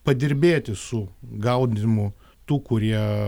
padirbėti su gaudymu tų kurie